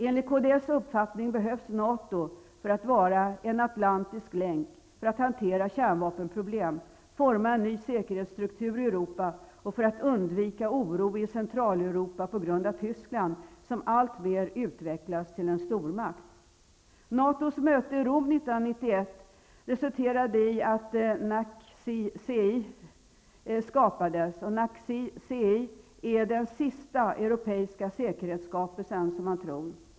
Enligt kds uppfattning behövs NATO för att vara en atlantisk länk, för att hantera kärnvapenproblem, forma en ny säkerhetsstruktur i Europa och för att undvika oro i Centraleuropa på grund av Tyskland, som alltmer utvecklas till en stormakt. NATO:s möte i Rom 1991 resulterade i att NACC skapades. NACC är den sista europeiska säkerhetsskapelsen.